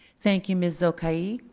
thank you, ms zokaie.